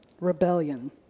Rebellion